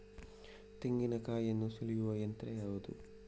ತೆಂಗಿನಕಾಯಿಯನ್ನು ಸುಲಿಯುವ ಯಂತ್ರ ಯಾವುದು?